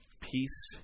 Peace